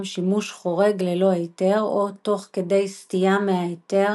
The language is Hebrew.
שימוש חורג ללא היתר או תוך כדי סטייה מהיתר